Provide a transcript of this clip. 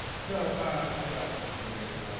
so just last question here,